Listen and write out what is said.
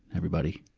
everybody.